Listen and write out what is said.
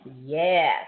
Yes